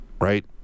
right